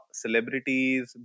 celebrities